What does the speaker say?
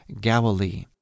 Galilee